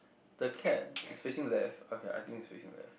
the cat is facing left okay I think it's facing left